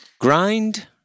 grind